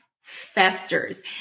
festers